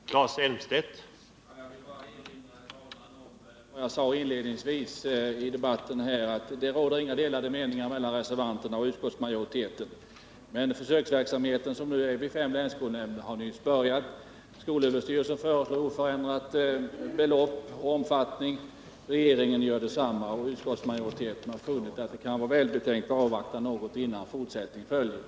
Herr talman! Jag vill bara erinra om vad jag sade inledningsvis i debatten, nämligen att det inte råder några delade meningar mellan reservanterna och utskottsmajoriteten i sak. Men den försöksverksamhet som nu bedrivs vid fem länskolnämnder har nyss börjat. Vidare föreslog skolöverstyrelsen oförändrat belopp och oförändrad omfattning. Regeringen har gjort detsamma, och utskottsmajoriteten har funnit att det kan vara välbetänkt att avvakta något innan fortsättning följer.